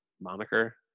moniker